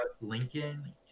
Lincoln